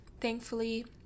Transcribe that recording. thankfully